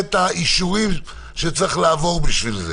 השרשרת שצריך לעבור בשביל זה?